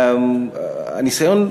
הניסיון,